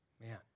Man